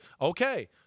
Okay